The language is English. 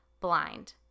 blind